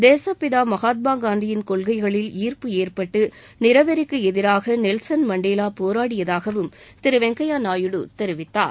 தேசப்பிதா மகாத்மாகாந்தியின் கொள்கைகளில் ஈர்ப்பு ஏற்பட்டு நிறவெறிக்கு எதிராக நெல்சன் மண்டேலா போராடியதாகவும் திரு வெங்கய்யா நாயுடு தெரிவித்தார்